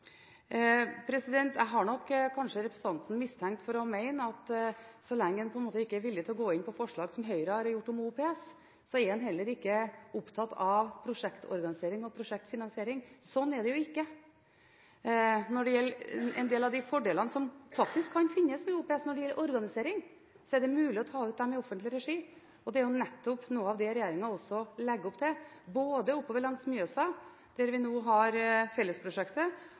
Jeg har nok kanskje representanten mistenkt for å mene at så lenge en ikke er villig til å gå med på forslag som Høyre har kommet med om OPS, er en heller ikke opptatt av prosjektorganisering og prosjektfinansiering. Slik er det ikke. En del av de fordelene som faktisk kan finnes ved OPS når det gjelder organisering, er det mulig å ta ut i offentlig regi. Det er nettopp noe av det regjeringen legger opp til, både oppover langs Mjøsa, der vi nå har